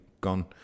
gone